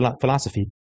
Philosophy